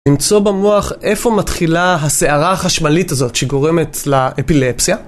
נמצא במוח איפה מתחילה הסערה החשמלית הזאת שגורמת לאפילפסיה?